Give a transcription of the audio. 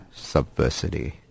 Subversity